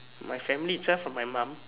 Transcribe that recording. my family itself from my mom